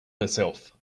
herself